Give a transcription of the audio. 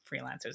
freelancers